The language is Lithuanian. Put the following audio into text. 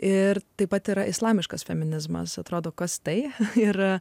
ir taip pat yra islamiškas feminizmas atrodo kad tai yra